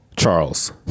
Charles